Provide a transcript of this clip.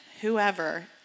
whoever